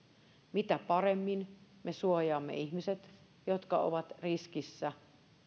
mitä paremmin me suojaamme ihmiset jotka ovat riskissä